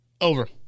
Over